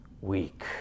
weak